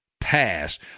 Pass